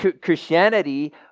Christianity